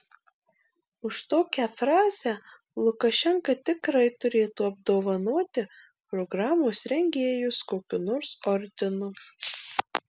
už tokią frazę lukašenka tikrai turėtų apdovanoti programos rengėjus kokiu nors ordinu